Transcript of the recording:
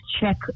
Check